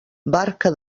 barca